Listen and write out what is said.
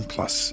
Plus